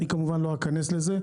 ואני לא אכנס לזה.